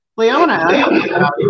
Leona